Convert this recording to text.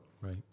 right